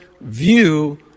view